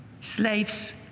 slaves